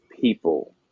people